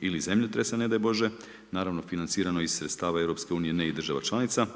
ili zemljotresa ne daj bože, naravno financirano iz sredstava Europske unije ne i država članica.